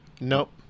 Nope